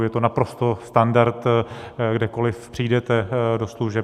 Je to naprosto standard, kdekoliv přijdete do služeb.